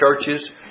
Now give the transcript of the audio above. churches